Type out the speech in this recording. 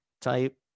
type